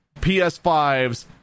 PS5s